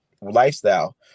lifestyle